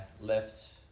left